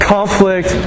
Conflict